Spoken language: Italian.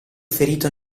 ferito